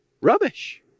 rubbish